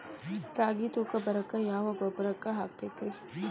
ರಾಗಿ ತೂಕ ಬರಕ್ಕ ಯಾವ ಗೊಬ್ಬರ ಹಾಕಬೇಕ್ರಿ?